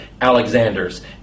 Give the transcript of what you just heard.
Alexanders